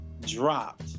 dropped